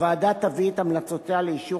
הוועדה תביא את המלצותיה לאישור